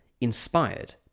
inspired